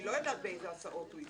לא יודעת באיזו הסעות הוא ייסע.